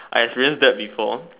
I experience that before